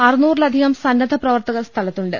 അറുനൂറിലധികം സന്നദ്ധ പ്രവർത്തകർ സ്ഥലത്തുണ്ട്